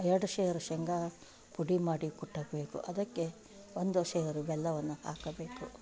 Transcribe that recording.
ಎರಡು ಸೇರು ಶೇಂಗ ಪುಡಿ ಮಾಡಿ ಕುಟ್ಟಬೇಕು ಅದಕ್ಕೆ ಒಂದು ಸೇರು ಬೆಲ್ಲವನ್ನು ಹಾಕಬೇಕು